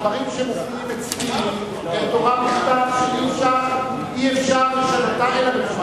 הדברים שמופיעים אצלי הם תורה בכתב שאי-אפשר לשנותה אלא בתורה